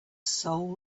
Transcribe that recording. soul